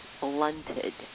blunted